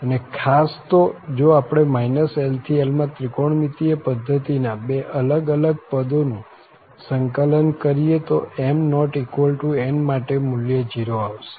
અને ખાસ તો જો આપણે l થી l માં ત્રિકોણમિતિય પધ્ધતિના બે અલગ અલગ પદોનું સંકલન કરીએ તો m≠n માટે મુલ્ય 0 આવશે